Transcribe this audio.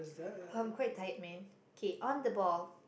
I'm quite tired man okay on the ball